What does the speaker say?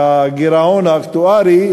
שהגירעון האקטוארי,